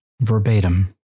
verbatim